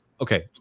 okay